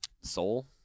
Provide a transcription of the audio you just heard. soul